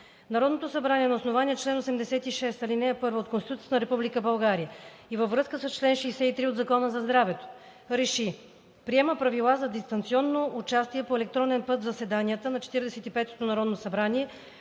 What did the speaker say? Народното събрание на основание чл. 86, ал. 1 от Конституцията на Република България и във връзка с чл. 63 от Закона за здравето РЕШИ: Приема Правила за дистанционно участие по електронен път в заседанията на Четиридесет и петото народно събрание